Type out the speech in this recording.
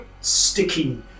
sticky